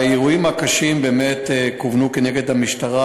האירועים הקשים כוונו באמת נגד המשטרה,